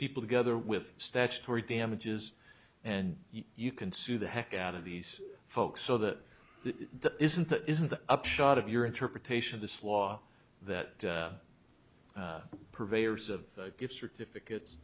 people together with statutory damages and you can sue the heck out of these folks so that the isn't that isn't the upshot of your interpretation of this law that purveyors of gift certificates